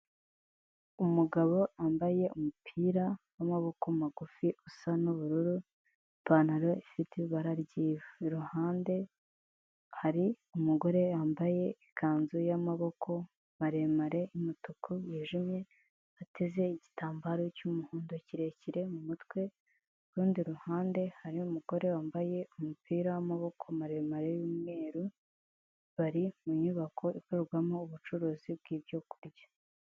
Umugabo wambaye umupira w'amaboko magufi usa n'ubururu ipantaro ifite ibara ry'ivu, iruhande hari umugore yambaye ikanzu y'amaboko maremare y'umutuku wijimye ateze igitambaro cy'umuhondo kirekire mu mutwe, ku rundi ruhande hari umugore wambaye umupira w'amaboko maremare y'umweru bari mu nyubako ikorerwamo ubucuruzi bw'ibyo kurya.